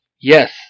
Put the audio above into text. Yes